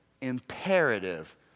imperative